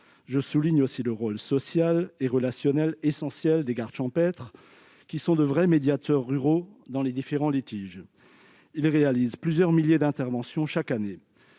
Je souligne aussi le rôle social et relationnel essentiel des gardes champêtres, qui sont de véritables médiateurs ruraux dans les différents litiges. Ils réalisent plusieurs milliers d'interventions chaque année.